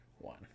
one